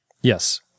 Yes